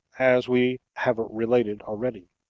as we have related already.